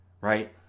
right